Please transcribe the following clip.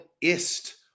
ist